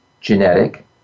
genetic